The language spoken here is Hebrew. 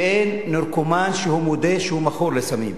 ואין נרקומן שמודה שהוא מכור לסמים.